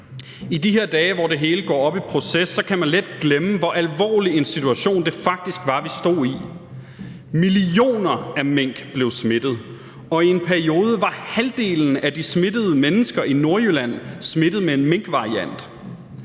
I de her dage, hvor det hele går op i proces, kan man let glemme, hvor alvorlig en situation det faktisk var vi stod i. Millioner af mink blev smittet, og i en periode var halvdelen af de smittede mennesker i Nordjylland smittet med en minkvariant.